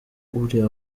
buriya